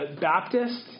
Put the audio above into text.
Baptist